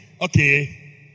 Okay